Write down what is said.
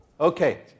Okay